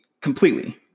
completely